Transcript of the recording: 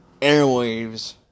airwaves